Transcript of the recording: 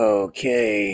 okay